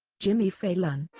jimmy fallon.